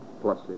plus